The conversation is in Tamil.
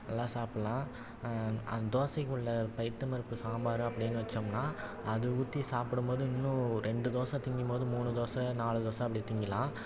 நல்லா சாப்பிட்லாம் அந்த தோசைக்குள்ளே பயித்தம் பருப்பு சாம்பார் அப்படின்னு வச்சோம்னா அது ஊற்றி சாப்பிடும் போது இன்னும் ரெண்டு தோசை திங்கும் போது மூணு தோசை நாலு தோசை அப்படி திங்கலாம்